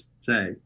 say